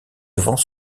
devant